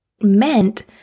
meant